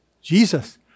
Jesus